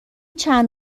چند